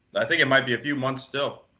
i think it might be a few months still.